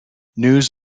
news